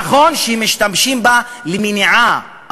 נכון שמשתמשים בה למניעה,